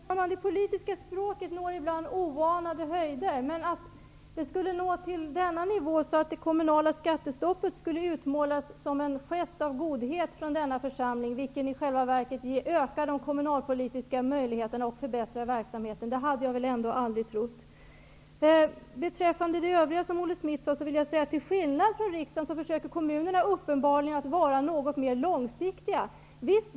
Herr talman! Det politiska språket når ibland oanade höjder, men att det skulle nå upp på den nivån där det kommunala skattestoppet utmålas som en gest av godhet från denna församling, för att i själva verket öka de kommunalpolitiska möjligheterna att förbättra verksamheten, hade jag ändå aldrig trott. Beträffande det övriga som Olle Schmidt sade vill jag peka på att kommunerna uppenbarligen försöker vara något mera långsiktiga än riksdagen.